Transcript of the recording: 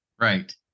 Right